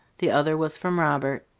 the other was from robert.